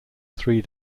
three